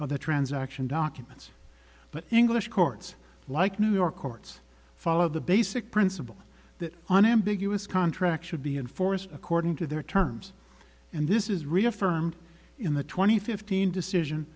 of the transaction documents but english courts like new york courts follow the basic principle that an ambiguous contract should be enforced according to their terms and this is reaffirmed in the twenty fifteen decision